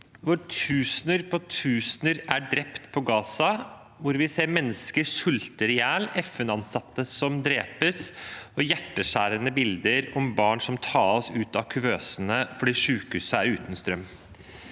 til. Tusener på tusener er drept på Gaza, hvor vi ser mennesker sulte i hjel, FN-ansatte som drepes, og vi ser hjerteskjærende bilder av barn som tas ut av kuvøsene fordi sykehuset er uten strøm.